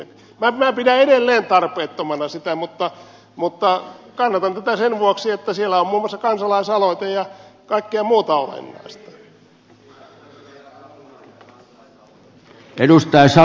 minä pidän edelleen tarpeettomana sitä mutta kannatan tätä sen vuoksi että siellä on muun muassa kansalaisaloite ja kaikkea muuta olennaista